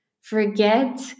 forget